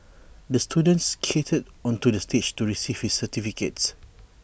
the student skated onto the stage to receive his certificate